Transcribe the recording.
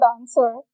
answer